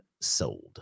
sold